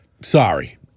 Sorry